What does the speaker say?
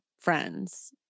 friends